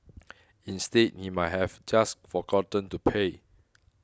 instead he might have just forgotten to pay